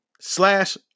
slash